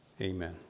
Amen